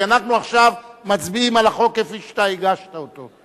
כי אנחנו עכשיו מצביעים על החוק כפי שאתה הגשת אותו.